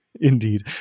indeed